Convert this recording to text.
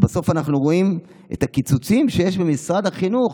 ובסוף אנחנו רואים את הקיצוצים שיש במשרד החינוך,